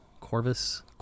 Corvus